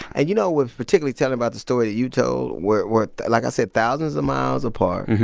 and, you know, with particularly telling about the story that you told where we're, like i said, thousands of miles apart.